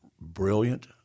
Brilliant